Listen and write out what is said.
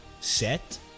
set